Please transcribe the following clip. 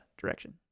direction